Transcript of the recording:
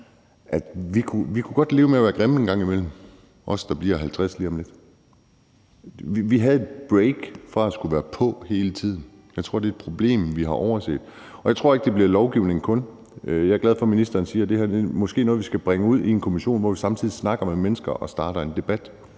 kunne leve med at være grimme en gang imellem. Vi havde et break fra at skulle være på hele tiden. Jeg tror, det er et problem, vi har overset. Og jeg tror ikke, det kun handler om lovgivning. Jeg er glad for, ministeren siger, det her måske er noget, vi skal bringe ud i en kommission, mens vi samtidig snakker med mennesker og starter en debat.